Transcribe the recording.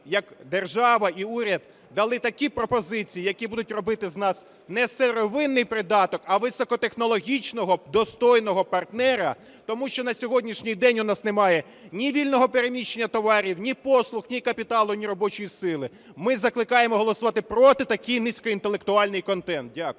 як держава і уряд дали такі пропозиції, які будуть робити з нас не сировинний придаток, а високотехнологічного достойного партнера. Тому що на сьогоднішній день у нас немає ні вільного переміщення товарів, ні послуг, ні капіталу, ні робочої сили. Ми закликаємо голосувати проти такий низькоінтелектуальний контент. Дякую.